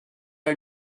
are